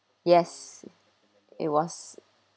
yes it was